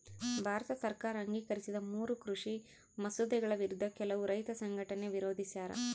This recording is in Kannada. ಭಾರತ ಸರ್ಕಾರ ಅಂಗೀಕರಿಸಿದ ಮೂರೂ ಕೃಷಿ ಮಸೂದೆಗಳ ವಿರುದ್ಧ ಕೆಲವು ರೈತ ಸಂಘಟನೆ ವಿರೋಧಿಸ್ಯಾರ